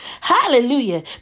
Hallelujah